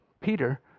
peter